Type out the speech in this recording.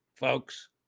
folks